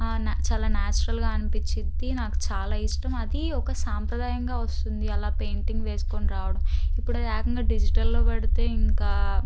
చాలా నాచురల్గా అనిపిచ్చిది నాకు చాలా ఇష్టం అది ఒక సాంప్రదాయంగా వస్తుంది అలా పెయింటింగ్ వేసుకొని రావడం ఇప్పుడు ఆది ఏకంగా డిజిటల్లో పడితే ఇంకా